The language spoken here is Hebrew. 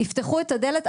הדלת,